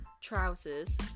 trousers